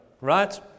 right